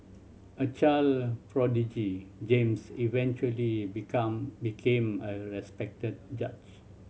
a child prodigy James eventually become became a respected judge